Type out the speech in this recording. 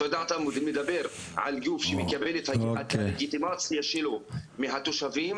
אתה מדבר על גוף שמקבל את הלגיטימציה שלו מהתושבים